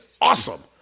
awesome